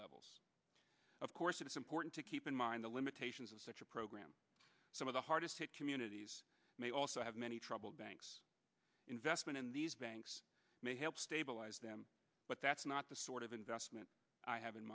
levels of course it is important to keep in mind the limitations of such a program some of the hardest hit communities may also have many troubled banks investment in these banks may help stabilize them but that's not the sort of investment i have in